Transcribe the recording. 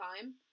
time